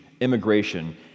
immigration